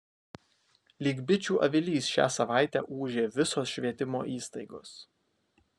lyg bičių avilys šią savaitę ūžė visos švietimo įstaigos